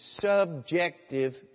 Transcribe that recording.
subjective